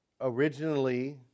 originally